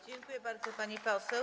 Dziękuję bardzo, pani poseł.